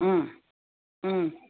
ꯎꯝ ꯎꯝ